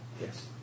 Yes